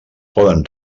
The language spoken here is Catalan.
poden